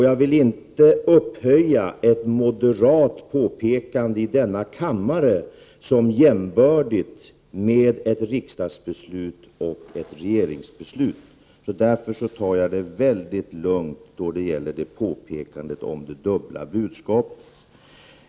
Jag vill inte upphöja ett påpekande från en moderat ledamot i denna kammare till att bli jämbördigt med ett beslut av riksdag och regering. Jag tar det därför mycket lugnt när det gäller påpekandet om det dubbla budskapet.